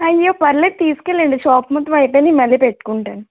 అయ్యో పర్వాలేదు తీసుకు వెళ్ళండి షాప్ మొత్తం అయిపోయినవి మళ్ళీ పెట్టుకుంటాను